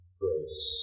grace